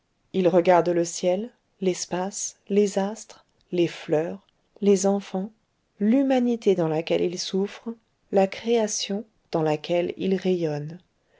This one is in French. il regarde le ciel l'espace les astres les fleurs les enfants l'humanité dans laquelle il souffre la création dans laquelle il rayonne